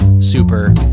super